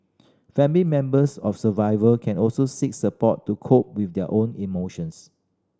family members of survivor can also seek support to cope with their own emotions